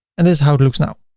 and this is how it looks now.